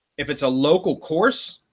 if it's a local course,